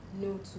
no